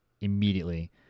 immediately